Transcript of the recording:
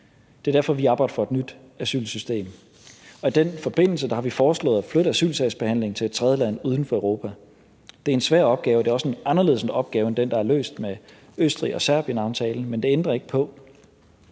Det er derfor, vi arbejder for et nyt asylsystem. I den forbindelse har vi foreslået at flytte asylsagsbehandlingen til et tredjeland uden for Europa. Det er en svær opgave, og det er også en anderledes opgave end den, der er løst med Østrig-Serbien-aftalen. Men det ændrer ikke på,